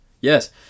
Yes